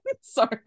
Sorry